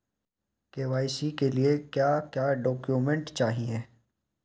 KYC के लिए क्या क्या डॉक्यूमेंट चाहिए?